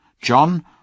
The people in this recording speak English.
John